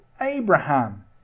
Abraham